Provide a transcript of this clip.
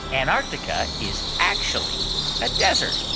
antarctica is actually a desert?